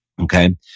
Okay